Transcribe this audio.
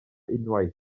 unwaith